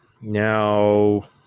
Now